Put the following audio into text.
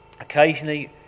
Occasionally